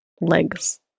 legs